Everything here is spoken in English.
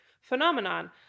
phenomenon